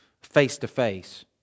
face-to-face